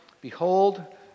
behold